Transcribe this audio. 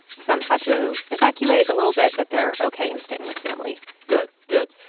some had to evacuate a little bit, but they're ok and staying with family good, good.